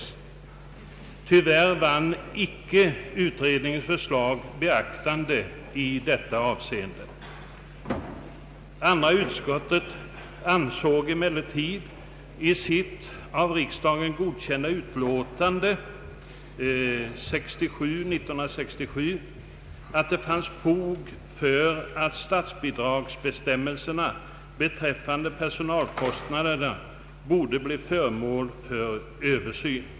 Tyvärr vann inte utskottets förslag beaktande i detta avseende. Andra lagutskottet ansåg emellertid i sitt av riksdagen godkända utlåtande nr 67 år 1967 att det fanns fog för att statsbidragsbestämmelserna beträffande personalkostnaderna blev föremål för en översyn.